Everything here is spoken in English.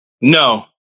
No